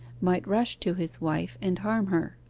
might rush to his wife and harm her.